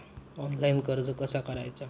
Online कर्ज कसा करायचा?